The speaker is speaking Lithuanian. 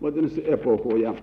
vadinasi epochoje